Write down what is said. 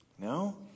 No